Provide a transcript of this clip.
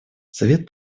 совет